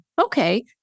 Okay